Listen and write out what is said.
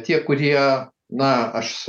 tie kurie na aš